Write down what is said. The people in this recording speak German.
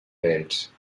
welt